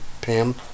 Pam